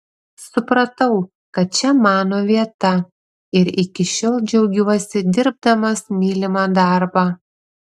supratau kad čia mano vieta ir iki šiol džiaugiuosi dirbdamas mylimą darbą